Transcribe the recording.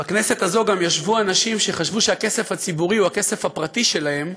שבכנסת הזאת ישבו גם אנשים שחשבו שהכסף הציבורי הוא הכסף הפרטי שלהם,